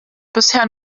bisher